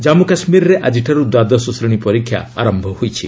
ଜନ୍ମୁ କାଶ୍ମୀରରେ ଆଜିଠାରୁ ଦ୍ୱାଦଶ ଶ୍ରେଣୀ ପରୀକ୍ଷା ଆରମ୍ଭ ହୋଇଛି